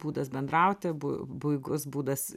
būdas bendrauti abu puikus būdas